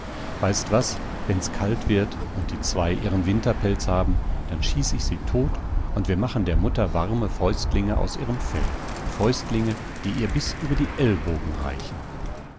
weißt was wenn's kalt wird und die zwei ihren winterpelz haben dann schieß ich sie tot und wir machen der mutter warme fäustlinge aus ihrem fell fäustlinge die ihr bis über die ellbogen reichen